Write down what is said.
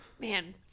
Man